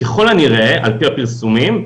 ככל הנראה על פי הפרסומים,